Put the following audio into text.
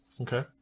Okay